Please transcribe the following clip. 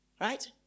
right